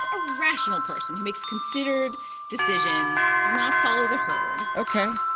a rational person who makes considered decisions, does not follow the herd ok.